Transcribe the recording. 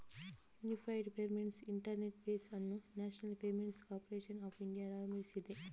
unified payments interface ಅನ್ನು national payments corporation of India ಅಭಿವೃದ್ಧಿಪಡಿಸಿದೆ